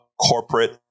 Corporate